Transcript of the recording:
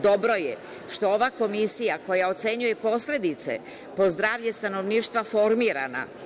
Dobro je što je ova komisija koja ocenjuje posledice po zdravlje stanovništva formirana.